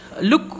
look